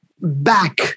back